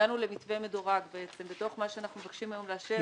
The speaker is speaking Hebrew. הגענו למתווה מדורג בתוך מה שאנחנו מבקשים היום לאשר.